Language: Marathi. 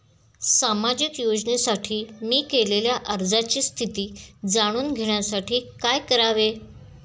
सामाजिक योजनेसाठी मी केलेल्या अर्जाची स्थिती जाणून घेण्यासाठी काय करावे?